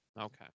Okay